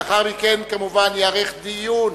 לאחר מכן ייערך דיון.